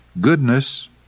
Goodness